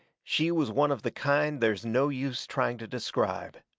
she was one of the kind there's no use trying to describe.